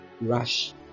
rush